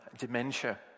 dementia